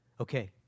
Okay